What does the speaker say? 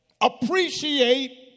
Appreciate